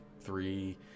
three